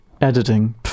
Editing